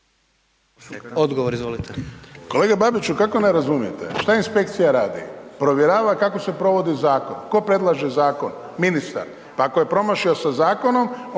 Ivan (HDZ)** Kolega Babiću, kako ne razumijete, šta inspekcija radi? Provjerava kako se provodi zakon. Tko predlaže zakon? Ministar. Pa ako je promašio sa zakonom